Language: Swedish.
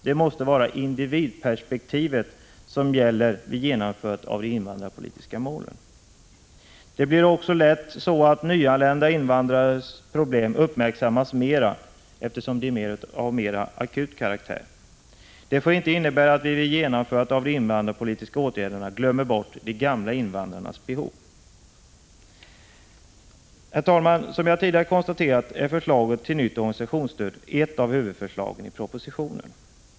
Det måste vara individperspektivet som gäller vid genomförandet av de invandrarpolitiska målen. Det blir också lätt så, att nyanlända invandrares problem uppmärksammas mera eftersom de är av mera akut karaktär. Det får inte innebära att vi vid genomförandet av de invandrarpolitiska åtgärderna glömmer bort de gamla invandrarnas behov. Herr talman! Som jag tidigare konstaterat är förslaget till nytt organisationsstöd ett av huvudförslagen i propositionen.